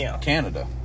Canada